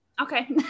Okay